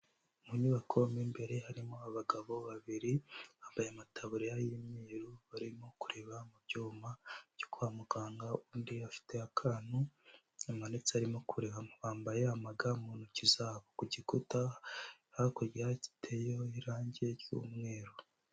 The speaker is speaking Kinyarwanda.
Mu nyubako mo imbere harimo abagabo babiri bambaye amataburiya y'imyeru, barimo kureba mu byuma byo kwa muganga, undi afite akantu amanitse arimo kurebamo. Bambaye ama ga mu ntoki zabo. Ku gikuta hakurya giteyeho irangi ry'umweru.